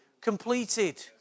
completed